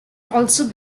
also